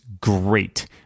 great